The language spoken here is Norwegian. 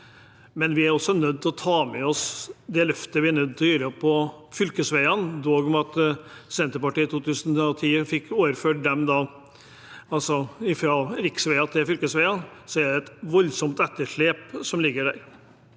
men vi er også nødt til å ta med oss det løftet vi må gjøre når det gjelder fylkesveiene. Selv om Senterpartiet i 2010 fikk omgjort dem fra riksveier til fylkesveier, er det et voldsomt etterslep som ligger der.